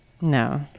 No